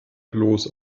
bloß